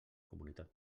comunitat